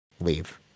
leave